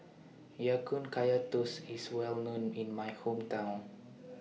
Ya Kun Kaya Toast IS Well known in My Hometown